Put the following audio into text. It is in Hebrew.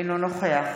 אינו נוכח